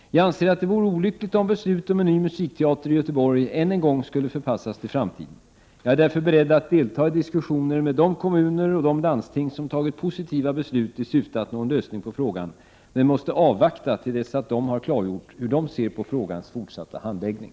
Jag anser att det vore olyckligt om beslut om en ny musikteater i Göteborg än en gång skulle förpassas till framtiden. Jag är därför beredd att delta i diskussioner med de kommuner och landsting som tagit positiva beslut i syfte att nå en lösning på frågan, men måste avvakta till dess att dessa har klargjort hur de ser på frågans fortsatta handläggning.